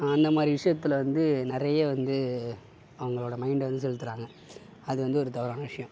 அந்த மாதிரி விஷயத்துல வந்து நிறைய வந்து அவங்களோட மைண்ட்டை வந்து செலுத்துறாங்க அது வந்து ஒரு தவறான விஷயோம்